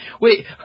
Wait